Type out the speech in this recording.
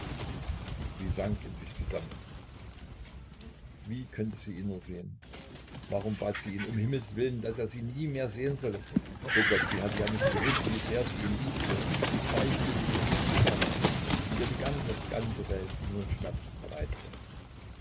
sie sank in sich zusammen wie könnte sie ihn nur sehen warum bat sie ihn um himmelswillen daß er sie nie mehr sehen solle o gott sie hatte ja nicht gewußt wie sehr sie ihn liebte wie gleichgültig ihr mikita war wie ihr die ganze ganze welt nur schmerz bereitete